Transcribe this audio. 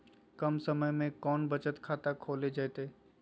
कम समय में कौन बचत खाता खोले जयते?